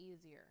easier